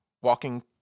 walking